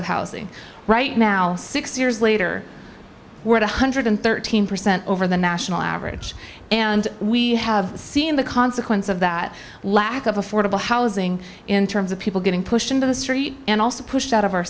of housing right now six years later we're one hundred and thirteen percent over the national average and we have seen the consequence of that lack of affordable housing in terms of people getting pushed into the street and also pushed out of our